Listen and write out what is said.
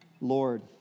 Lord